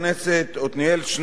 שמעיף בי מבט,